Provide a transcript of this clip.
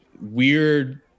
weird